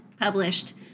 published